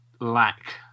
lack